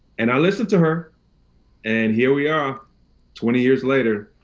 and i listened to her and here we are twenty years later,